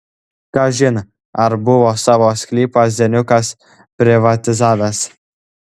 kažin ar buvo savo sklypą zeniukas privatizavęs